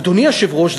אדוני היושב-ראש,